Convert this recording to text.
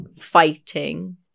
fighting